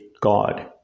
God